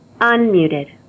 Unmuted